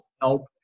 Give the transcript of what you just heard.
help